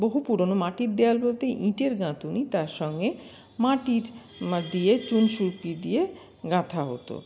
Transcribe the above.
বহু পুরনো মাটির দেওয়াল বলতে ইটের গাঁথুনি তার সঙ্গে মাটির মা দিয়ে চুন সুড়কি দিয়ে গাঁথা হত